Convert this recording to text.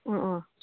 ꯑꯥ ꯑꯥ